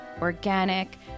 organic